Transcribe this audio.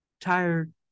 tired